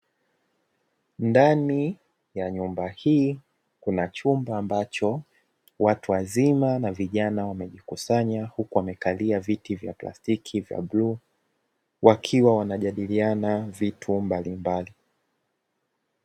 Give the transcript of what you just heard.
Ndani ya nyumba hii kuna chumba ambacho watu wazima na vijana wamejikusanya huku wamekalia viti vya plastiki vya bluu, wakiwa wanajadiliana vitu mbalimbali.